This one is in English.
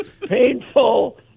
painful